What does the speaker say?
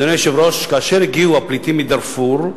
אדוני היושב-ראש, כאשר הגיעו הפליטים מדארפור,